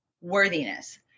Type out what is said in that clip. worthiness